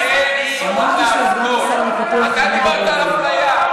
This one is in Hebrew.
אמרתי שהוא סגן השר לפיתוח הנגב והגליל.